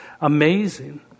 amazing